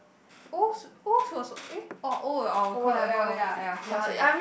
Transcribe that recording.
also also also eh oh oh oh I'll call oh ya oh ya ya cause you